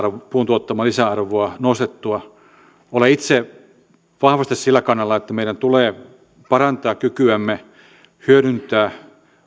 puun tuottamaa lisäarvoa nostettua olen itse vahvasti sillä kannalla että meidän tulee parantaa kykyämme hyödyntää